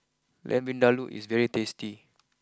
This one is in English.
Lamb Vindaloo is very tasty